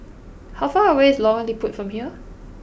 how far away is Lorong Liput from here